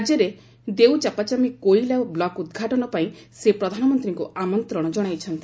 ରାଜ୍ୟରେ ଦେଉଚାପାଚମି କୋଇଲା ବ୍ଲକ୍ ଉଦ୍ଘାଟନ ପାଇଁ ସେ ପ୍ରଧାନମନ୍ତ୍ରୀଙ୍କୁ ଆମନ୍ତ୍ରଣ ଜଣାଇଛନ୍ତି